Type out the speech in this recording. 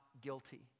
guilty